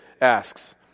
asks